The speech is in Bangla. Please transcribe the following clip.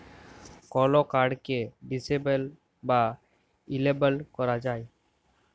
কল কাড়কে ডিসেবল বা ইলেবল ক্যরা যায়